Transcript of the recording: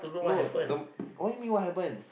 no the m~ what you mean what happened